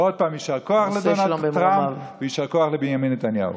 ועוד פעם יישר כוח לדונלד טראמפ ויישר כוח לבנימין נתניהו.